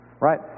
Right